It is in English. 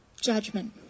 judgment